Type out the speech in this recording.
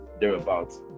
thereabouts